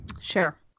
sure